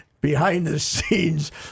behind-the-scenes